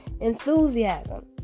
Enthusiasm